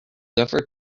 ever